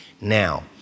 Now